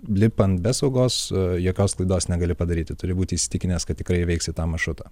lipant be saugos jokios klaidos negali padaryti turi būti įsitikinęs kad tikrai įveiksi tą maršrutą